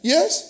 Yes